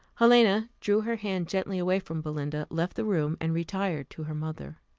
helena drew her hand gently away from belinda, left the room, and retired to her mother.